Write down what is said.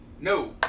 No